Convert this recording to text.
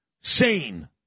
sane